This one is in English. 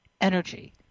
energy